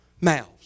mouths